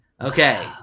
Okay